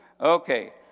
Okay